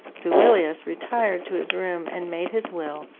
duilius retired to his room and made his will,